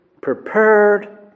prepared